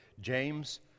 James